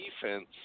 defense